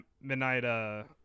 midnight